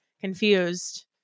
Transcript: confused